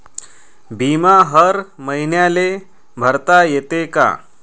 बिमा हर मईन्याले भरता येते का?